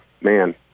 man